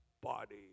body